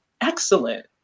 excellent